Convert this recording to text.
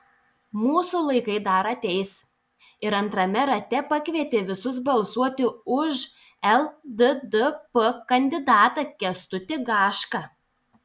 mūsų laikai dar ateis ir antrame rate pakvietė visus balsuoti už lddp kandidatą kęstutį gašką